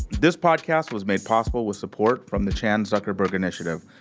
this podcast was made possible with support from the chan zuckerberg initiative,